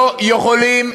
לא יכולים